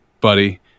buddy